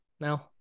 now